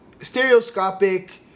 stereoscopic